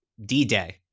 D-Day